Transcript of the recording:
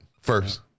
first